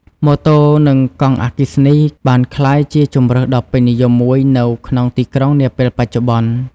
ម៉ូតូនិងកង់អគ្គិសនីបានក្លាយជាជម្រើសដ៏ពេញនិយមមួយនៅក្នុងទីក្រុងនាពេលបច្ចុប្បន្ន។